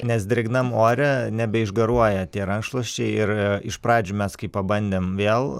nes drėgnam ore nebeišgaruoja tie rankšluosčiai ir iš pradžių mes kai pabandėm vėl